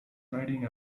riding